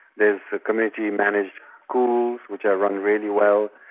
there's community-managed schools which are run really well,